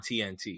TNT